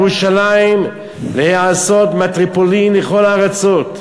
אני רוצה לומר: "עתידה ירושלים להיעשות מטרופולין לכל הארצות",